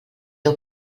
heu